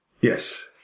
Yes